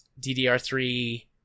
ddr3